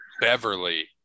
Beverly